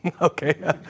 Okay